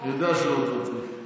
אני יודע שלא תוותרי.